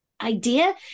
idea